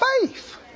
faith